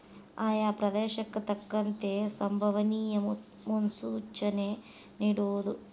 ಆಯಾ ಪ್ರದೇಶಕ್ಕೆ ತಕ್ಕಂತೆ ಸಂಬವನಿಯ ಮುನ್ಸೂಚನೆ ನಿಡುವುದು